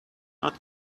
not